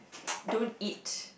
don't eat